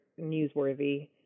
newsworthy